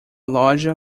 loja